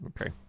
Okay